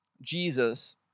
Jesus